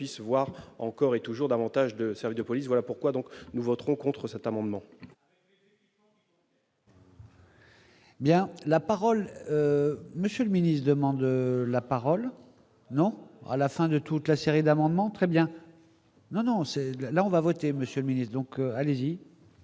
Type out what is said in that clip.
voir encore et toujours davantage de services de police, voilà pourquoi donc nous voterons contre cet amendement. Bien la parole monsieur le ministre, demande la parole : non à la fin de toute la série d'amendements très bien. Non, non, c'est là, on va voter Monsieur ministre donc Alesi.